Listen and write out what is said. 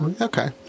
Okay